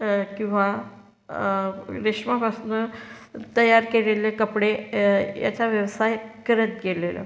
किंवा रेशमापासनं तयार केलेले कपडे याचा व्यवसाय करत गेलेलो